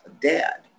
dad